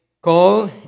call